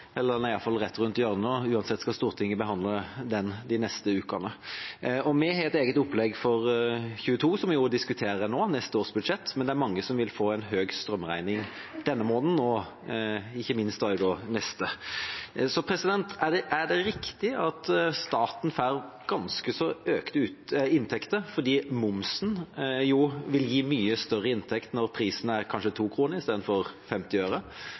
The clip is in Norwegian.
rett rundt hjørnet – og uansett skal Stortinget behandle den de neste ukene. Vi har et eget opplegg for 2022, som vi diskuterer nå, neste års budsjett, men det er mange som vil få en høy strømregning denne måneden, og ikke minst neste. Er det riktig at staten får ganske så økte inntekter fordi momsen jo vil gi mye større inntekt når prisen er kanskje 2 kr i stedet for 50 øre?